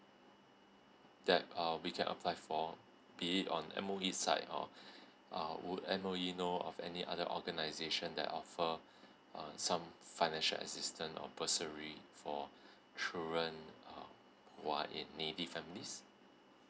that uh we can apply for be it on M_O_E side or uh would M_O_E know of any other organisation that offer uh some financial assistance or bursary for children uh who are in needy families